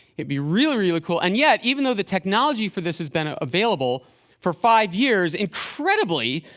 it'd be really, really cool and yet, even though the technology for this has been ah available for five years, incredibly,